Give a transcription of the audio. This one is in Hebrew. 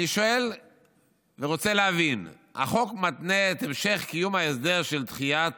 אני שואל ורוצה להבין: החוק מתנה את המשך קיום ההסדר של דחיית